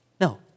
no